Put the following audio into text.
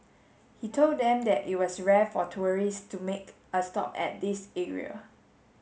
he told them that it was rare for tourists to make a stop at this area